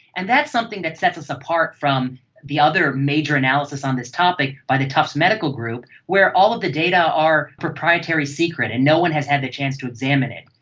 and that's something that sets us apart from the other major analysis on this topic by the tufts medical group, where all of the data are a proprietary secret and no one has had the chance to examine it.